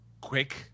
quick